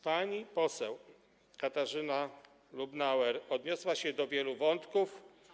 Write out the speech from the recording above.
Pani poseł Katarzyna Lubnauer odniosła się do wielu wątków.